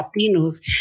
Latinos